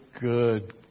good